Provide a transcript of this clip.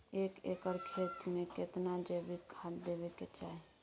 एक एकर खेत मे केतना जैविक खाद देबै के चाही?